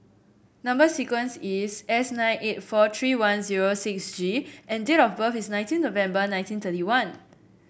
number sequence is S nine eight four three one zero six G and date of birth is nineteen November nineteen thirty one